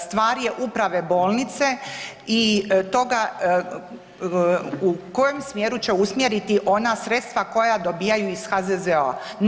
Stvar je uprave bolnice i toga u kojem smjeru će usmjeriti ona sredstva koja dobijaju iz HZZO-a.